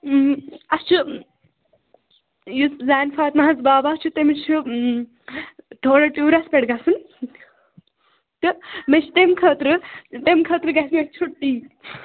اَسہِ چھُ یُس زَین فاطِما حظ بابا چھُ تٔمِس چھُ تھوڑا ٹیوٗرَس پٮ۪ٹھ گژھُن تہٕ مےٚ چھِ تمہِ خٲطرٕ تَمہِ خٲطرٕ گژھِ مےٚ چھُٹی